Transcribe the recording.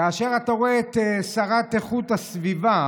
כאשר אתה רואה את השרה לאיכות הסביבה,